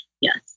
yes